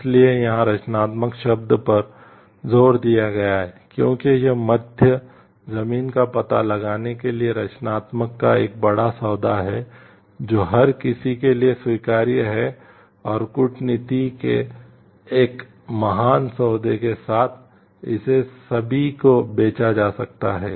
इसलिए यहां रचनात्मक शब्द पर जोर दिया गया है क्योंकि यह मध्य जमीन का पता लगाने के लिए रचनात्मकता का एक बड़ा सौदा है जो हर किसी के लिए स्वीकार्य है और कूटनीति के एक महान सौदे के साथ इसे सभी को बेचा जा सकता है